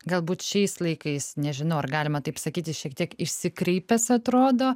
galbūt šiais laikais nežinau ar galima taip sakyti šiek tiek išsikreipęs atrodo